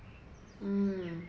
mm